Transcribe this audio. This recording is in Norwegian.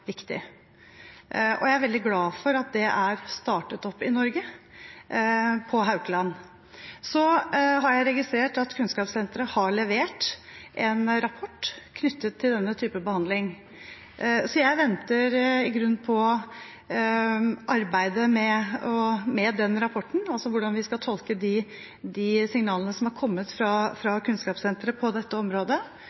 og jeg er veldig glad for at det er startet opp i Norge – på Haukeland. Jeg har registrert at Kunnskapssenteret har levert en rapport knyttet til denne typen behandling. Så jeg venter i grunnen på arbeidet med den rapporten, altså hvordan vi skal tolke signalene som er kommet fra Kunnskapssenteret på dette området.